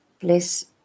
Please